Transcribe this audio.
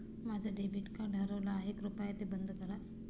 माझं debit card हरवलं आहे, कृपया ते बंद करा